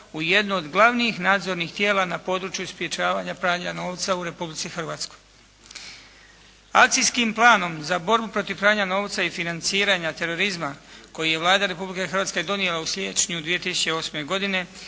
u jednu od glavnih nadzornih tijela na području sprječavanja pranja novca u Republici Hrvatskoj. Akcijskim planom za borbu protiv pranja novca i financiranja terorizma koji je Vlada Republike Hrvatske donijela u siječnju 2008. godine